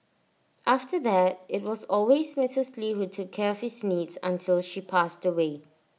after that IT was always Mrs lee who took care of his needs until she passed away